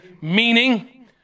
meaning